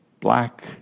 black